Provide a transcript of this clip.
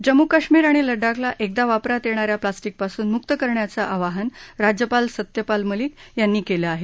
जम्मू काश्मीर आणि लडाखला एकदा वापरात येणा या प्लास्टिपासून मुक्त करण्याचं आवाहन राज्यपाल सत्यपाल मलिक यांनी केलं आहे